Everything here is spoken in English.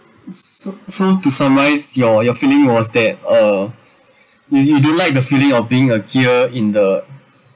so so to summarise your your feeling was that uh you you don't like the feeling of being a gear in the